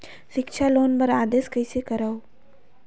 सिक्छा लोन बर आवेदन कइसे करव?